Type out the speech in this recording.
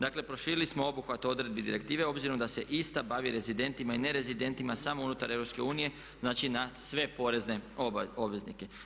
Dakle, proširili smo obuhvat odredbi direktive obzirom da se ista bavi rezidentima i nerezidentima samo unutar EU, znači na sve porezne obveznike.